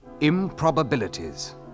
improbabilities